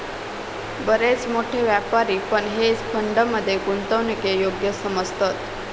बरेच मोठे व्यापारी पण हेज फंड मध्ये गुंतवणूकीक योग्य समजतत